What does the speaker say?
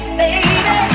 baby